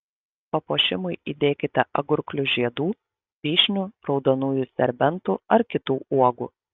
papuošimui įdėkite agurklių žiedų vyšnių raudonųjų serbentų ar kitų uogų